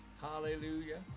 hallelujah